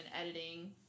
editing